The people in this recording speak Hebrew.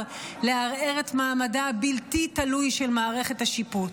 לערער את מעמדה הבלתי-תלוי של מערכת השיפוט.